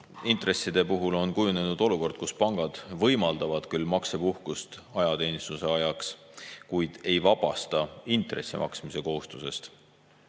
Eluasemeintresside puhul on kujunenud olukord, kus pangad võimaldavad küll maksepuhkust ajateenistuse ajaks, kuid ei vabasta intressi maksmise kohustusest.